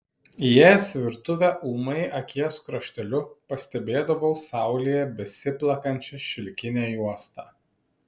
įėjęs į virtuvę ūmai akies krašteliu pastebėdavau saulėje besiplakančią šilkinę juostą